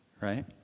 right